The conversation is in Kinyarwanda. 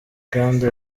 kandi